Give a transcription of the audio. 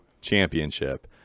championship